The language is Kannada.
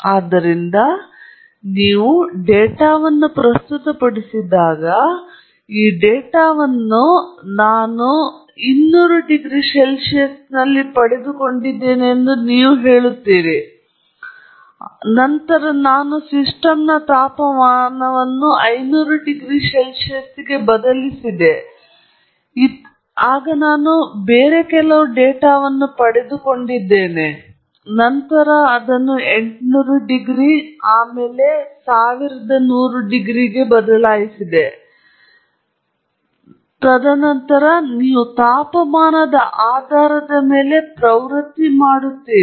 ಆದ್ದರಿಂದ ನೀವು ಡೇಟಾವನ್ನು ಪ್ರಸ್ತುತಪಡಿಸಿದಾಗ ಈ ಡೇಟಾವನ್ನು ನಾನು 200 ಡಿಗ್ರಿ C ಯಲ್ಲಿ ಪಡೆದುಕೊಂಡಿದ್ದೇನೆ ಎಂದು ನೀವು ಹೇಳುತ್ತೀರಿ ನಂತರ ನಾನು ಸಿಸ್ಟಮ್ನ ತಾಪಮಾನವನ್ನು 500 ಡಿಗ್ರಿ ಸಿ ಗೆ ಬದಲಿಸಿದೆ ಮತ್ತು ನಾನು ಕೆಲವು ಇತರ ಡೇಟಾವನ್ನು ಪಡೆದುಕೊಂಡಿದ್ದೇನೆ ನಂತರ ನಾನು ಅದನ್ನು 800 ಡಿಗ್ರಿ C 1100 ಡಿಗ್ರಿ C ಗೆ ಬದಲಾಯಿಸಿದೆ ತದನಂತರ ನೀವು ತಾಪಮಾನದ ಆಧಾರದ ಮೇಲೆ ಪ್ರವೃತ್ತಿ ಮಾಡುತ್ತೀರಿ